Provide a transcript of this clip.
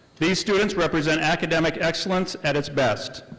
these students represent academic excellence at its best.